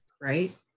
right